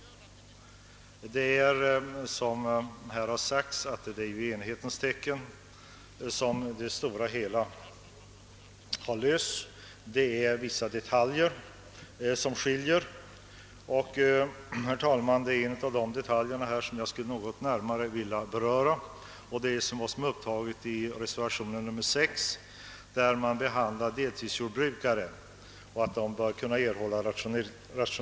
Som här har sagts har denna fråga i det stora hela lösts i enhetens tecken. Det är delade meningar om vissa detaljer och, herr talman, det är en av dessa detaljer som jag skulle vilja beröra något närmare. Jag avser vad som upptagits i reservationen nr 6, där man föreslår, att deltidsjordbrukare bör kunna erhålla rationaliseringstöd.